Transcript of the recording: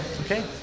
Okay